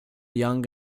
young